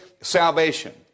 salvation